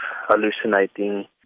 hallucinating